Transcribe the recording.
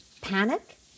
panic